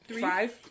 Five